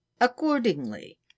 accordingly